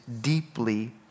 deeply